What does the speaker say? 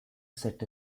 set